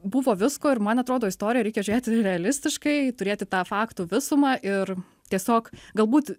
buvo visko ir man atrodo istoriją reikia žiūrėti realistiškai turėti tą faktų visumą ir tiesiog galbūt